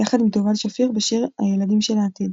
יחד עם תובל שפיר בשיר "הילדים של העתיד".